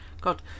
God